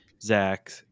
Zach